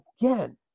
again